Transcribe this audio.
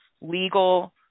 legal